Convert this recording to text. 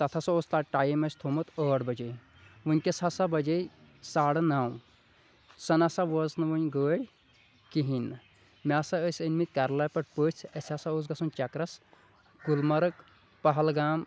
تَتھ ہَسا اوس تَتھ ٹایم اَسِہ تھوٚمُت ٲٹھ بَجے وٕنکٮ۪س ہَسا بَجے ساڑٕنَو سَہ نَسہ وٲژ نہٕ وُنۍ گٲڑۍ کِہیٖنہٕ مےٚ ہَسا ٲسۍ أنۍمٕتۍ کَریلہ پٮ۪ٹھ پٔژھ اَسِہ ہَسا اوس گژھُن چَکرَس گُلمرگ پہلگام